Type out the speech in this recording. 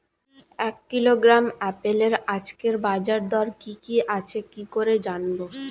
এক কিলোগ্রাম আপেলের আজকের বাজার দর কি কি আছে কি করে জানবো?